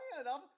enough